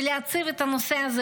ולהציב את הנושא הזה,